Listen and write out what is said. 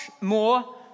more